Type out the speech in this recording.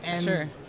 Sure